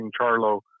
Charlo